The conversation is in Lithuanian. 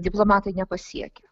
diplomatai nepasiekia